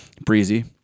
Breezy